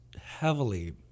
heavily